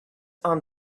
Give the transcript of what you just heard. aunt